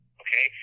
okay